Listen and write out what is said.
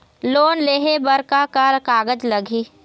Loan लेहे बर का का कागज लगही?